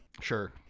sure